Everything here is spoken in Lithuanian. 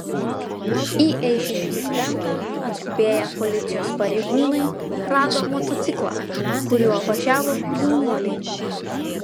į eišiškių plentą atskubėję policijos pareigūnai rado motociklą kuriuo važiavo jaunuoliai